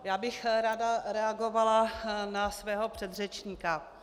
Já bych ráda reagovala na svého předřečníka.